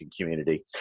community